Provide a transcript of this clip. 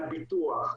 על ביטוח,